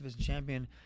champion